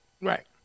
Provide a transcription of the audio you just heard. Right